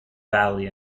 valley